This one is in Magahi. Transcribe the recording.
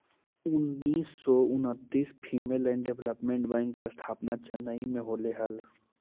उन्नीस सौ उन्नितिस फीमेल एंड डेवलपमेंट बैंक के स्थापना चेन्नई में होलइ हल